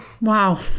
Wow